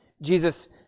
Jesus